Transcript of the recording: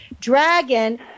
dragon